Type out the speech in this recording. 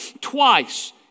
Twice